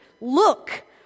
look